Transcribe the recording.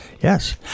Yes